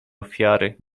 ofiary